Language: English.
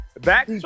back